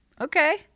Okay